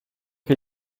che